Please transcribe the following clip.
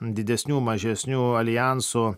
didesnių mažesnių aljansų